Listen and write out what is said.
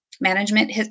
management